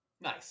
Nice